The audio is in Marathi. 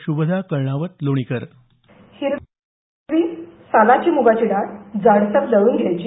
शुभदा कळणावत लोणीकर हिरवी सालाची मुगाची डाळ जाडसर दळून घ्यायची